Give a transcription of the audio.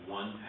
one